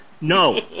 No